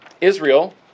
Israel